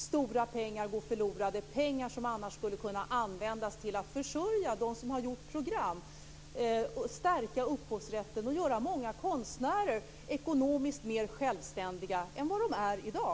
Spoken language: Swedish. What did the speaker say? Stora pengar går förlorade - pengar som annars skulle kunna användas till att försörja dem som har gjort program, att stärka upphovsrätten och att göra många konstnärer ekonomiskt mer självständiga än vad de är i dag.